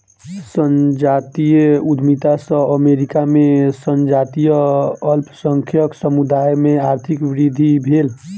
संजातीय उद्यमिता सॅ अमेरिका में संजातीय अल्पसंख्यक समुदाय में आर्थिक वृद्धि भेल